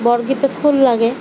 বৰগীতত খোল লাগে